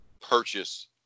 purchase